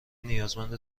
نیازمند